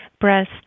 breast